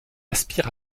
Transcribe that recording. aspire